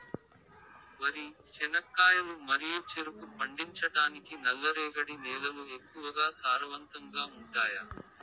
వరి, చెనక్కాయలు మరియు చెరుకు పండించటానికి నల్లరేగడి నేలలు ఎక్కువగా సారవంతంగా ఉంటాయా?